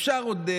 אפשר עוד,